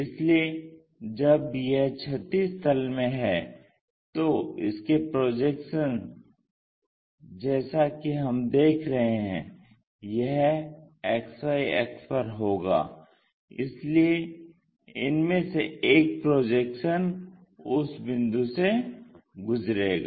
इसलिए जब यह क्षैतिज तल में है तो इसके प्रोजेक्शंस जैसा कि हम देख रहे हैं यह XY अक्ष पर होगा इसलिए इनमें से एक प्रोजेक्शन उस बिंदु से गुजरेगा